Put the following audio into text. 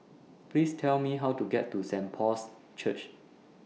Please Tell Me How to get to Saint Paul's Church